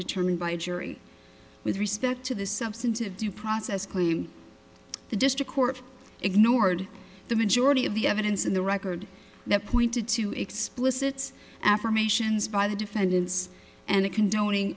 determined by a jury with respect to the substantive due process claim the district court ignored the majority of the evidence in the record that pointed to explicit affirmations by the defendants and condoning